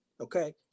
Okay